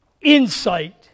insight